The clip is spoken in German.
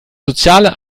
soziale